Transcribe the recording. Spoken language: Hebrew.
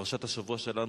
ידידי יושב-ראש הכנסת,